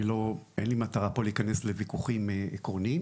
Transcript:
אין לי מטרה פה להכנס לוויכוחים עקרוניים,